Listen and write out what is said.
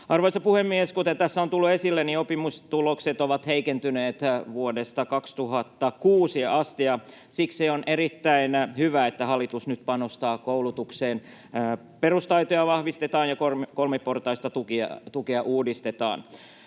Arvoisa puhemies! Kuten tässä on tullut esille, oppimistulokset ovat heikentyneet vuodesta 2006 asti, ja siksi on erittäin hyvä, että hallitus nyt panostaa koulutukseen. Perustaitoja vahvistetaan, ja kolmiportaista tukea uudistetaan.